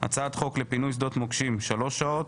הצעת חוק לפינוי שדות מוקשים שלוש שעות,